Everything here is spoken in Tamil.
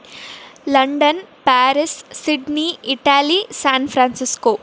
London Paris Sydney Italy San Francisco